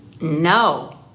No